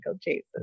chases